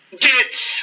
get